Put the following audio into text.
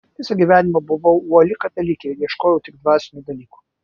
visą gyvenimą buvau uoli katalikė ir ieškojau tik dvasinių dalykų